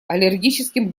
аллергическим